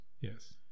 Yes